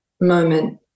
moment